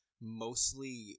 mostly